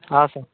ಹಾಂ ಸರ್